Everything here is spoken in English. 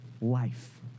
Life